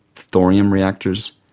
thorium reactors,